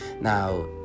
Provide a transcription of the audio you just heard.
Now